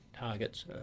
targets